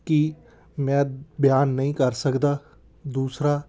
ਕਿ ਮੈਂ ਬਿਆਨ ਨਹੀਂ ਕਰ ਸਕਦਾ ਦੂਸਰਾ